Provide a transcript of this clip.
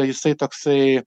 jisai toksai